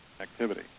activity